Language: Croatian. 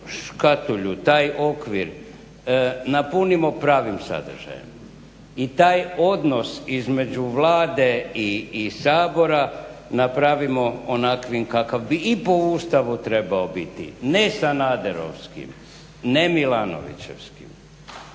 škatulju, taj okvir napunimo pravim sadržajem i taj odnos između Vlade i Sabora napravimo onakvim kakav bi i po Ustavu trebao biti, ne sanaderovski, ne milanovićevski,